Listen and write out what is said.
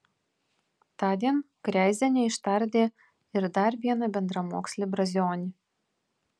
tądien kreizienė ištardė ir dar vieną bendramokslį brazionį